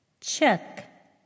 Check